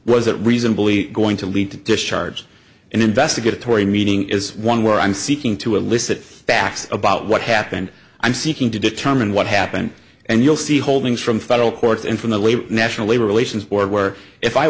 was it reasonably going to lead to discharge an investigatory meeting is one where i'm seeking to elicit facts about what happened i'm seeking to determine what happened and you'll see holdings from federal courts and from the labor national labor relations board where if i